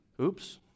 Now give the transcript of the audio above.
Oops